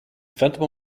phantom